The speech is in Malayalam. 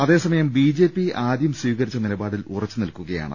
എന്നാൽ ബി ജെ പി ആദ്യം സ്വീകരിച്ച നിലപാടിൽ ഉറച്ചുനിൽക്കുകയാണ്